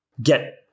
get